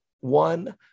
one